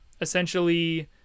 essentially